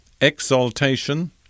Exaltation